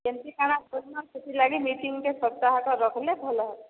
କେନ୍ତି କାଣା କର୍ମା ସେଥିଲାଗି ମିଟିଂଟେ ସପ୍ତାହକ ରଖ୍ଲେ ଭଲ ହେବା